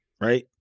right